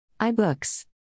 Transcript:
iBooks